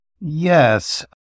Yes